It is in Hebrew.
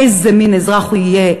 איזה מין אזרח הוא יהיה?